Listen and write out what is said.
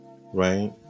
Right